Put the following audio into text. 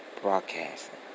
Broadcasting